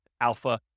alpha